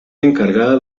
encargada